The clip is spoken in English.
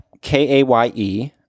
K-A-Y-E